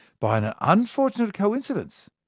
by an unfortunate coincidence,